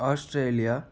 Australia